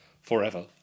forever